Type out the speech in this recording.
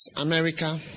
America